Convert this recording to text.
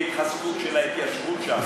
התחזקות של ההתיישבות ולא תהיה תעשייה,